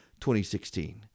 2016